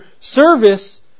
service